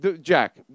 Jack